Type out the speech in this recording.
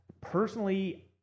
Personally